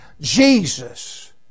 Jesus